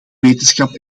wetenschap